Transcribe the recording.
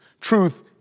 Truth